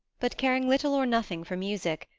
but, caring little or nothing for music,